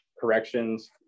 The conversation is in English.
corrections